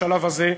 בשלב הזה,